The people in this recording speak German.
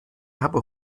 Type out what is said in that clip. habe